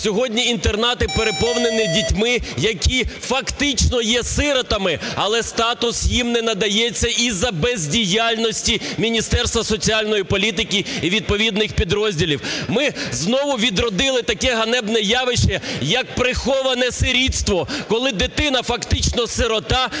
сьогодні інтернати переповнені дітьми, які фактично є сиротами, але статус їм надається із-за бездіяльності Міністерства соціальної політики і відповідних підрозділів. Ми знову відродили таке ганебне явище, як приховане сирітство, коли дитина, фактично сирота,